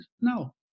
no